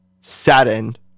saddened